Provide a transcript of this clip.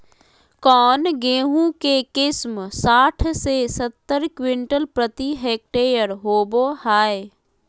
कौन गेंहू के किस्म साठ से सत्तर क्विंटल प्रति हेक्टेयर होबो हाय?